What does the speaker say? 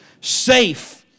safe